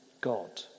God